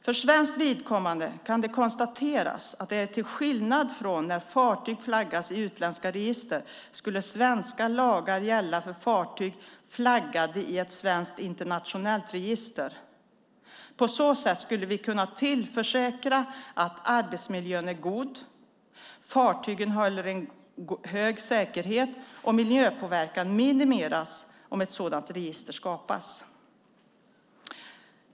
För svenskt vidkommande kan det konstateras att till skillnad från när fartyg flaggas i utländska register skulle svenska lagar gälla för fartyg flaggade i ett svenskt internationellt register. På så sätt skulle vi kunna tillförsäkra att arbetsmiljön är god, fartygen håller en hög säkerhet och miljöpåverkan minimeras om ett sådant register skapas.